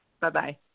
Bye-bye